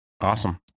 Awesome